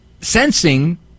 sensing